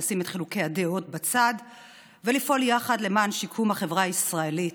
לשים את חילוקי הדעות בצד ולפעול יחד למען שיקום החברה הישראלית.